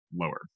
lower